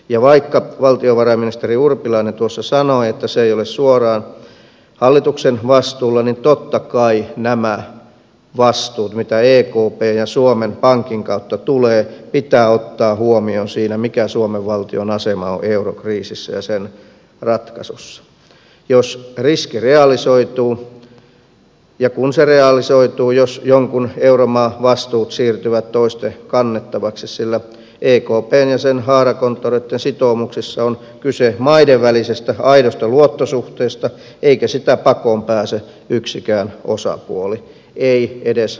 ja vaikka valtiovarainministeri urpilainen tuossa sanoi että se ei ole suoraan hallituksen vastuulla niin totta kai nämä vastuut mitä ekpn ja suomen pankin kautta tulee pitää ottaa huomioon siinä mikä suomen valtion asema on eurokriisissä ja sen ratkaisussa jos riski realisoituu ja kun se realisoituu jos jonkun euromaan vastuut siirtyvät toisten kannettavaksi sillä ekpn ja sen haarakonttoreitten sitoumuksissa on kyse maiden välisestä aidosta luottosuhteesta eikä sitä pakoon pääse yksikään osapuoli ei edes vaikenemalla